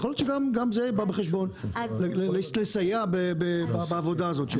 אולי גם זה בא בחשבון - לסייע בעבודה הזו.